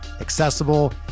accessible